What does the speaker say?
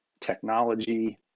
technology